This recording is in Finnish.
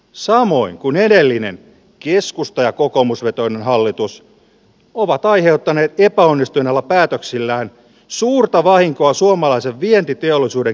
samoin kun edellinen keskusta ja kokoomusvetoinen hallitus ovat aiheuttaneet epäonnistuneilla päätöksillään suurta vahinkoa suomalaisen vientiteollisuuden